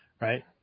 right